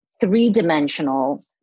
three-dimensional